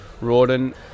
Rawdon